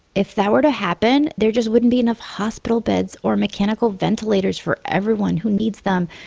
if that were to happen, there just wouldn't be enough hospital beds or mechanical ventilators for everyone who needs them,